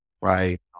right